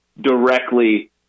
directly